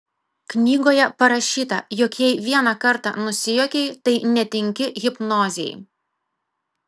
knygoje parašyta jog jei vieną kartą nusijuokei tai netinki hipnozei